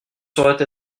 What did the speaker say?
sauraient